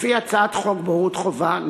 לפי הצעת חוק בוררות חובה,